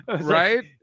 right